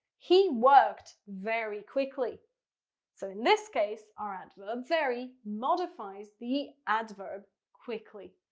he worked very quickly so in this case, our adverb very modifies the adverb quickly.